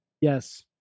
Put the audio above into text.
yes